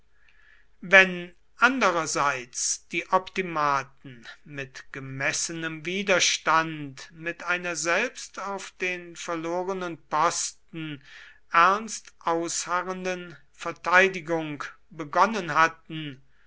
wenn andererseits die optimaten mit gemessenem widerstand mit einer selbst auf den verlorenen posten ernst ausharrenden verteidigung begonnen hatten